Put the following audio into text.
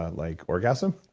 like orgasm,